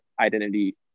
identity